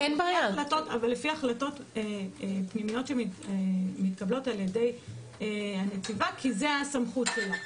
אבל לפי החלטות פנימיות שמתקבלות על ידי הנציבה כי זו הסמכות שלה.